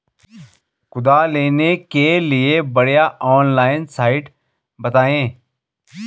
कुदाल लेने के लिए बढ़िया ऑनलाइन साइट बतायें?